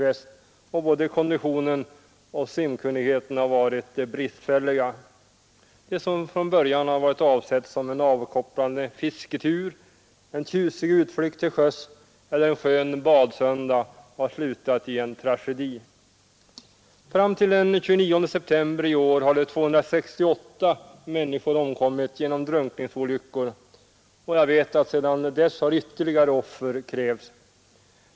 Det som från början var avsett som en avkopplande fisketur, knat flytväst, och både konditionen och simkunnigheten har varit en tjusig utflykt till sjöss eller en skön badsöndag har slutat i en tragedi. Fram till den 29 september i år hade 268 människor omkommit genom drunkningsolyckor, och jag vet att sedan dess har ytterligare offer krävts.